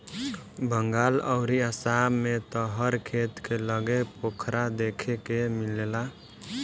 बंगाल अउरी आसाम में त हर खेत के लगे पोखरा देखे के मिलेला